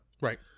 right